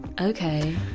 Okay